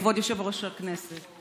כבוד יושב-ראש הכנסת.